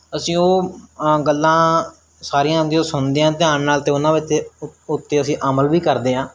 ਅਸੀਂ ਉਹ ਗੱਲਾਂ ਸਾਰੀਆਂ ਹੁੰਦੀਆਂ ਉਹ ਸੁਣਦੇ ਹਾਂ ਧਿਆਨ ਨਾਲ ਅਤੇ ਉਹਨਾਂ ਵਿੱਚ 'ਤੇ ਉੱਤੇ ਅਸੀਂ ਅਮਲ ਵੀ ਕਰਦੇ ਹਾਂ